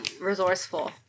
resourceful